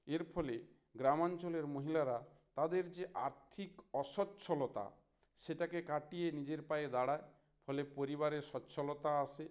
এর ফলে গ্রামাঞ্চলের মহিলারা তাদের যে আর্থিক অসচ্ছলতা সেটাকে কাটিয়ে নিজের পায়ে দাঁড়ায় ফলে পরিবারে সচ্ছলতা আসে